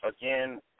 again